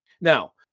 Now